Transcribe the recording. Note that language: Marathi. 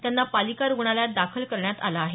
त्याना पालिका रूग्णालयात दाखल करण्यात आलं आहे